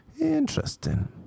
Interesting